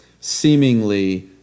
seemingly